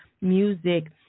music